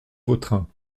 vautrin